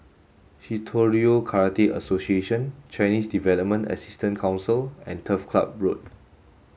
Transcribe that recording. Shitoryu Karate Association Chinese Development Assistance Council and Turf Ciub Road